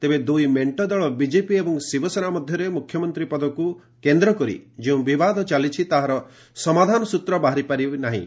ତେବେ ଦୂଇ ମେଣ୍ଟ ଦଳ ବିଜେପି ଏବଂ ଶିବସେନା ମଧ୍ୟରେ ମୁଖ୍ୟମନ୍ତ୍ରୀ ପଦକୁ କେନ୍ଦ୍ର କରି ଯେଉଁ ବିବାଦ ଚାଲିଛି ତାହାର ସମାଧାନ ସ୍ୱତ୍ ବାହାରିପାରିନାହିଁ